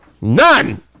None